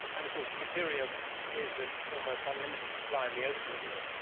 and of course deuterium is of almost unlimited supply in the ocean, isn't it.